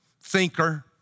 thinker